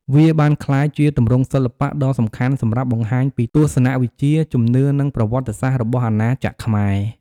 វាបានក្លាយជាទម្រង់សិល្បៈដ៏សំខាន់សម្រាប់បង្ហាញពីទស្សនៈវិជ្ជា ជំនឿ និងប្រវត្តិសាស្ត្ររបស់អាណាចក្រខ្មែរ។